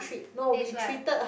then it's what